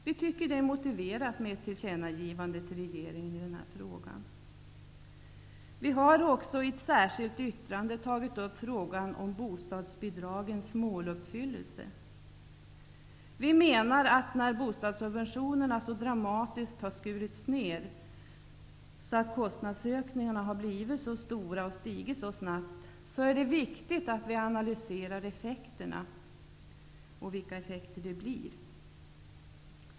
Vi tycker att det är motiverat med ett tillkännagivande till regeringen i denna fråga. Vi har också i ett särskilt yttrande tagit upp frågan om bostadsbidragens måluppfyllelse. Vi menar att när bostadssubventionerna har skurits ned så dramatiskt att kostnadsökningarna blivit så stora och stigit så snabbt, är det viktigt att analysera vilka effekter det får.